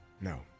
No